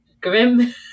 grim